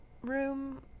room